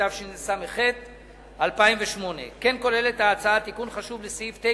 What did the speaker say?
התשס"ח 2008. כמו כן כוללת ההצעה תיקון חשוב לסעיף 9